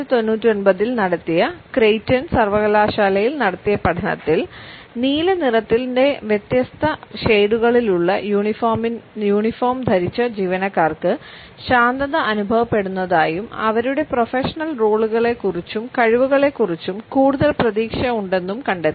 1999 ൽ നടത്തിയ ക്രൈറ്റൺ സർവകലാശാലയിൽ നടത്തിയ പഠനത്തിൽ നീല നിറത്തിൻറെവ്യത്യസ്ത ഷേഡുകളിലുള്ള യൂണിഫോം ധരിച്ച ജീവനക്കാർക്ക് ശാന്തത അനുഭവപ്പെടുന്നതായും അവരുടെ പ്രൊഫഷണൽ റോളുകളെക്കുറിച്ചും കഴിവുകളെക്കുറിച്ചും കൂടുതൽ പ്രതീക്ഷ ഉണ്ടെന്നും കണ്ടെത്തി